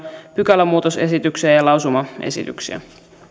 pykälämuutosesityksiä ja lausumaesityksiä